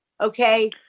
Okay